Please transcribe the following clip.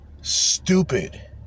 stupid